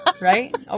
Right